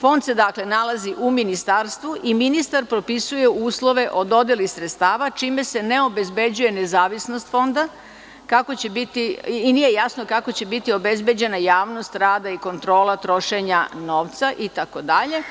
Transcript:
Fond se nalazi u Ministarstvu i ministar propisuje uslove o raspodeli sredstava, čime se ne obezbeđuje nezavisnost fonda i nije jasno kako će biti obezbeđena javnost rada i kontrola trošenja novca, itd.